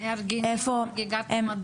-- כן.